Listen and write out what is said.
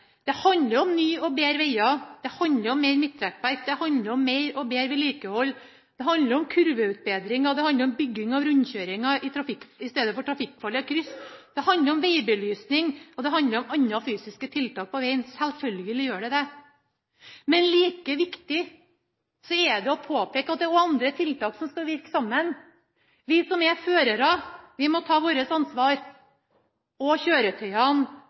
Det handler om nye og bedre veger. Det handler om flere midtrekkverk. Det handler om mer og bedre vedlikehold. Det handler om kurveutbedring. Det handler om bygging av rundkjøringer i stedet for trafikkfarlige kryss. Det handler om vegbelysning, og det handler om andre fysiske tiltak på vegen – selvfølgelig gjør det det. Men like viktig er det å påpeke at det også er andre tiltak som skal virke sammen. Vi som er sjåfører, må ta vårt ansvar, og kjøretøyene